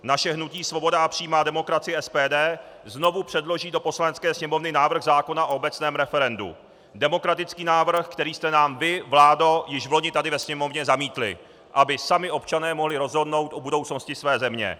Naše hnutí Svoboda a přímá demokracie SPD znovu předloží do Poslanecké sněmovny návrh zákona o obecném referendu, demokratický návrh, který jste nám vy, vládo, již vloni tady ve Sněmovně zamítli, aby sami občané mohli rozhodnout o budoucnosti své země.